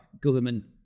government